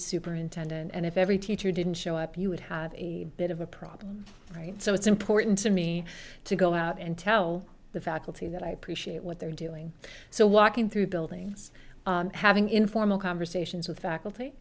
superintendent and if every teacher didn't show up you would have a bit of a problem right so it's important to me to go out and tell the faculty that i appreciate what they're doing so walking through buildings having informal conversations with faculty